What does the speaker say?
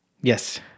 Yes